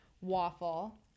waffle